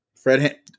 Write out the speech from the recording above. Fred